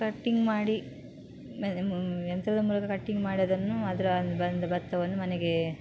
cutting ಮಾಡಿ ಯಂತ್ರದ ಮೂಲಕ ಕಟ್ಟಿಂಗ್ ಮಾಡಿ ಅದನ್ನು ಅದರ ಬಂದ ಭತ್ತವನ್ನು ಮನೆಗೆ